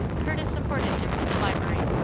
curtis supported him to the library.